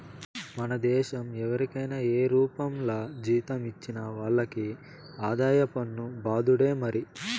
మన దేశం ఎవరికైనా ఏ రూపంల జీతం ఇచ్చినా వాళ్లకి ఆదాయ పన్ను బాదుడే మరి